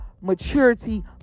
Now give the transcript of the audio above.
maturity